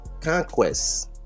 conquests